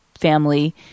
family